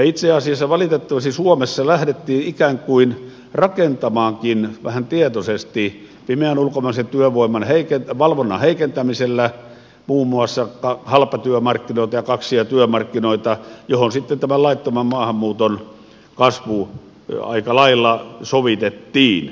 itse asiassa valitettavasti suomessa lähdettiin ikään kuin rakentamaankin vähän tietoisesti pimeän ulkomaisen työvoiman valvonnan heikentämisellä muun muassa halpatyömarkkinoita ja kaksia työmarkkinoita joihin sitten tämän laittoman maahanmuuton kasvu aika lailla sovitettiin